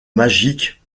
magique